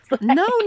no